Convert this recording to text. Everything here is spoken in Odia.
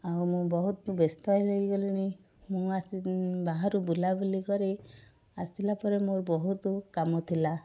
ଆଉ ମୁଁ ବହୁତ ବ୍ୟସ୍ତ ହେଇଗଲିଣି ମୁଁ ଆସି ବାହାରୁ ବୁଲାବୁଲି କରି ଆସିଲା ପରେ ମୋର ବହୁତ କାମ ଥିଲା